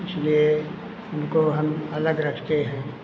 इसलिए उनको हम अलग रखते हैं